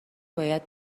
باید